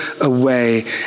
away